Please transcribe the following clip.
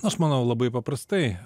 aš manau labai paprastai